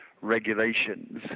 regulations